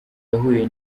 yahuye